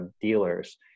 dealers